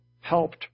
helped